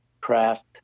craft